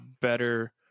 better